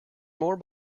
more